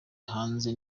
hanze